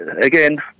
again